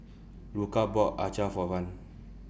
Luka bought Acar For Van